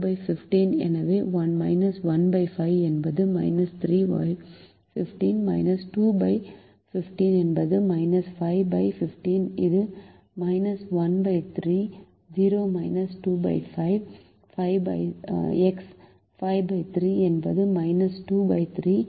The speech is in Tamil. எனவே 15 என்பது 315 215 என்பது 515 இது 13 0 25 x 5 3 என்பது 23